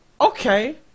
Okay